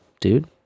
dude